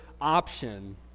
option